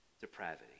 Depravity